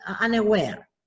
unaware